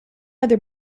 other